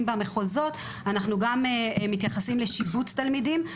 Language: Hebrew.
במחוזות אנחנו גם מתייחסים לשיבוץ תלמידים.